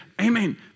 amen